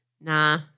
nah